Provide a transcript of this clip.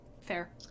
Fair